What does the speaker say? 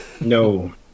no